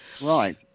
Right